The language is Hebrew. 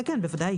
בוודאי.